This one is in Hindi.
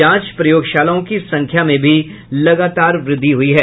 जांच प्रयोगशालाओं की संख्या में भी लगातार वृद्धि हुई है